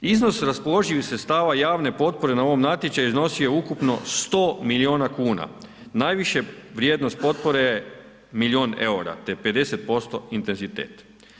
Iznos raspoloživih sredstava javne potpore na ovom natječaju iznosio je ukupno 100 milijuna kuna, najviše vrijednost potpore je milijun eura te 50% intenzitet.